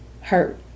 hurt